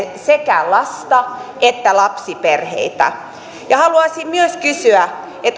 sekä lasta että lapsiperheitä haluaisin myös kysyä